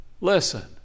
Listen